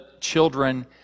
children